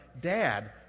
dad